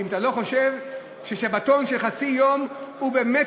אם אתה לא חושב ששבתון של חצי יום באמת